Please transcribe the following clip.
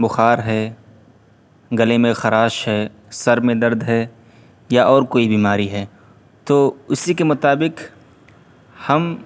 بخار ہے گلے میں خراش ہے سر میں درد ہے یا اور کوئی بیماری ہے تو اسی کے مطابق ہم